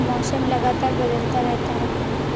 मौसम लगातार बदलता रहता है